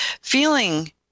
feeling